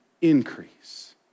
increase